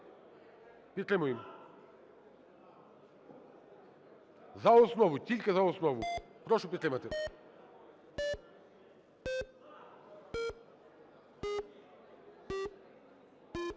Підтримуємо. За основу, тільки за основу. Прошу підтримати.